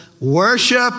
worship